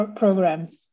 programs